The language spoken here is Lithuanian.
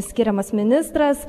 skiriamas ministras